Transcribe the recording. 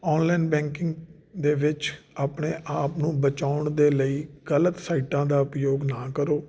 online banking ਦੇ ਵਿੱਚ ਆਪਣੇ ਆਪ ਨੂੰ ਬਚਾਉਣ ਦੇ ਲਈ ਗਲਤ ਸਾਈਟਾਂ ਦਾ ਉਪਯੋਗ ਨਾ ਕਰੋ